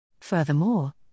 Furthermore